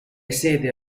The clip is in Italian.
sede